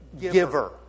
giver